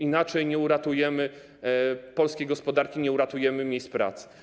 Inaczej nie uratujemy polskiej gospodarki, nie uratujemy miejsc pracy.